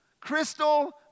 Crystal